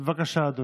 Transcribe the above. רואה בלי